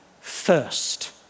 first